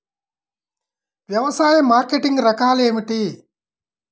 వ్యవసాయ మార్కెటింగ్ రకాలు ఏమిటి?